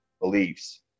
beliefs